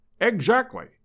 Exactly